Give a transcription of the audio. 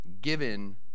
given